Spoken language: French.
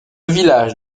village